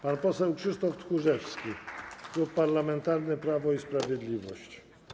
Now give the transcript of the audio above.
Pan poseł Krzysztof Tchórzewski, Klub Parlamentarny Prawo i Sprawiedliwość.